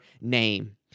name